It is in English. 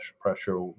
pressure